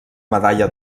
medalla